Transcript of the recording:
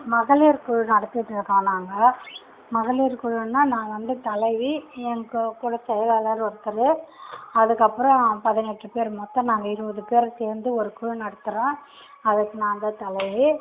மகளிர் குழு நடத்திட்டு இருக்கோம் நாங்கள் மகளிர் குழுன்னா நான் வந்து தலைவி என் கூட செயலாளர் ஒருத்தர் அதுக்கப்புறம் பதினெட்டு பேர் மொத்தம் நாங்கள் இருபது பேர் சேர்ந்து ஒரு குழு நடத்துகிறோம் அதுக்கு நான்தான் தலைவி